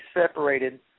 separated